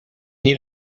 need